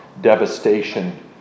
devastation